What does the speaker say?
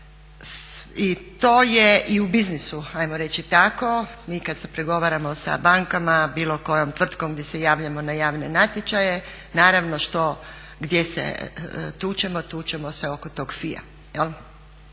I to je i u biznisu ajmo reći tako. Mi kad pregovaramo sa bankama, bilo kojom tvrtkom di se javljamo na javne natječaje, naravno gdje se tučemo, tučemo se oko tog fija.